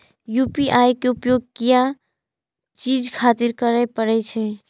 UPI के उपयोग किया चीज खातिर करें परे छे?